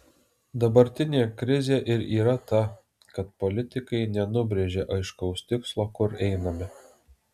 dabartinė krizė ir yra ta kad politikai nenubrėžia aiškaus tikslo kur einame